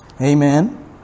Amen